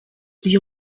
uyu